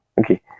okay